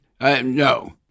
No